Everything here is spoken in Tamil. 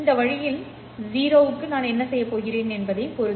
இந்த வழியில் 0 க்கு நான் என்ன செய்யப் போகிறேன் என்பதைப் பொறுத்து